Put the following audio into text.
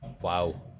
Wow